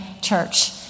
church